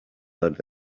learned